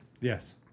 Yes